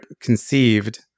conceived